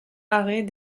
arrêt